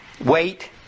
Wait